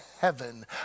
heaven